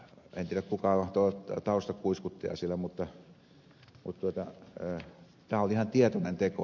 en tiedä kuka oli taustakuiskuttaja siellä mutta tämä oli ihan tietoinen teko